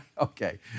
okay